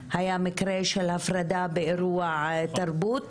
של הפרדה באירוע תרבות.